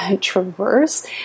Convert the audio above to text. traverse